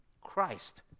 christ